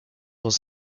was